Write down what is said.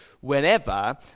whenever